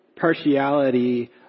partiality